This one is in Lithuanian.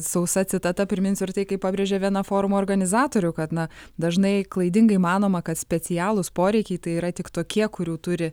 sausa citata priminsiu ir tai kaip pabrėžė viena forumo organizatorių kad na dažnai klaidingai manoma kad specialūs poreikiai tai yra tik tokie kurių turi